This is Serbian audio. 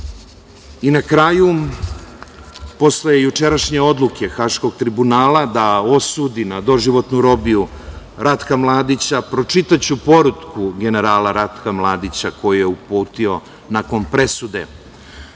kraju, posle jučerašnje odluke Haškog tribunala, da osudi na doživotnu robiju Ratka Mladića, pročitaću poruku generala Ratka Mladića koju je uputio nakon presude: